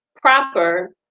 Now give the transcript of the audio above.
proper